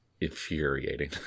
infuriating